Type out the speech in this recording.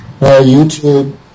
YouTube